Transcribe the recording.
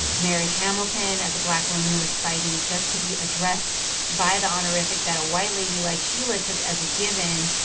mary hamilton, as a black woman, was fighting just to be addressed by the honorific that a white lady like sheila took as a given,